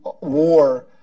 war